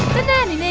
nanny nanny